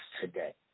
today